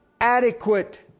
adequate